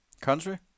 country